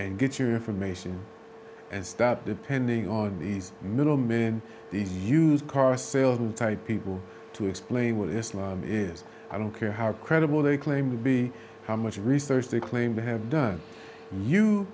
and get your information and stop depending on these middlemen these used car salesman type people to explain what islam is i don't care how credible they claim to be how much research they claim to have done